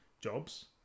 jobs